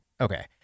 Okay